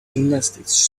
gymnastics